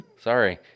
Sorry